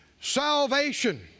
Salvation